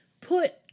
put